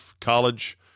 college